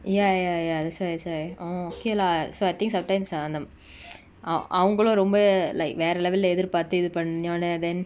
ya ya ya that's why that's why oh okay lah so I think sometimes antham~ ah அவங்களு ரொம்ப:avangalu romba like வேர:vera level ah எதிர் பாத்து இது பன்னோனே:ethir paathu ithu pannone then